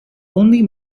only